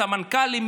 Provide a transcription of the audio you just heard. לסמנכ"לים,